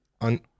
on